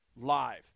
live